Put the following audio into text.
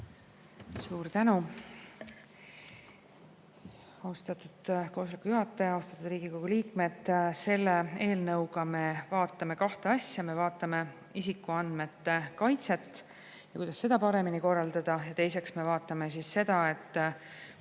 Suur tänu, austatud koosoleku juhataja! Austatud Riigikogu liikmed! Selle eelnõuga me vaatame kahte asja: esiteks vaatame isikuandmete kaitset ja kuidas seda paremini korraldada, teiseks me vaatame seda,